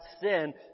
sin